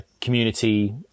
community